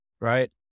right